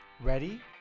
Ready